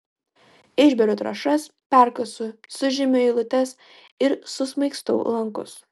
išberiu trąšas perkasu sužymiu eilutes ir susmaigstau lankus